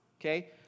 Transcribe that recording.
okay